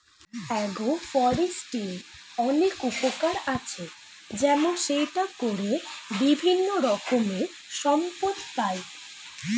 agro ফরেস্ট্রির অনেক উপকার আছে, যেমন সেটা করে বিভিন্ন রকমের সম্পদ পাই